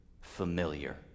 familiar